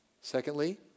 Secondly